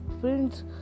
prince